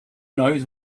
knows